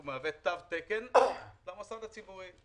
הוא מהווה תו תקן למוסד הציבורי.